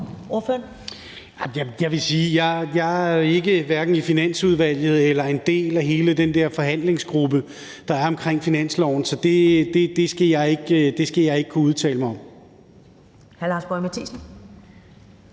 Jeg er hverken i Finansudvalget eller en del af hele den der forhandlingsgruppe, der er omkring finansloven, så det skal jeg ikke kunne udtale mig om.